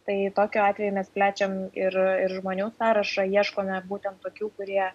tai tokiu atveju mes plečiam irir žmonių sąrašą ieškome būtent tokių kurie